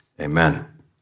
Amen